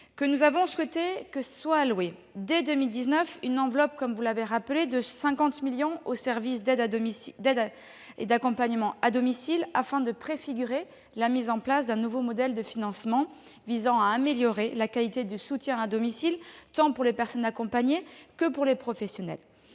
Nous avons souhaité que, dès 2019, une enveloppe de 50 millions d'euros soit allouée aux services d'aide et d'accompagnement à domicile, afin de préfigurer la mise en place d'un nouveau modèle de financement visant à améliorer la qualité du soutien à domicile, tant pour les personnes accompagnées que pour les professionnels.